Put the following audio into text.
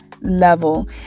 level